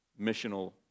missional